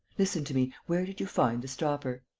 listen to me. where did you find the stopper?